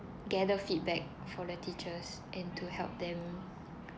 gather feedback for the teachers and to help them